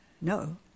No